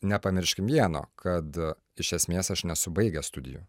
nepamirškime vieno kad iš esmės aš nesu baigęs studijų